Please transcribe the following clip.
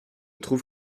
trouve